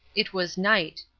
it was night.